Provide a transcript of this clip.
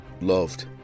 loved